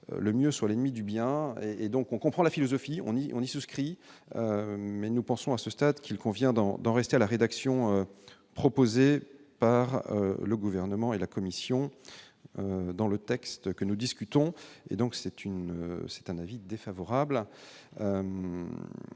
le mieux sur l'ennemi du bien et donc on comprend la philosophie on y on y souscrit, mais nous pensons à ce stade qu'il convient d'en d'en rester à la rédaction proposée par le gouvernement et la Commission dans le texte que nous discutons et donc c'est une c'est un avis défavorable,